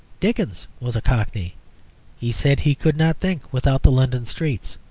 dickens was a cockney he said he could not think without the london streets.